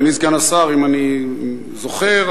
אם אני זוכר,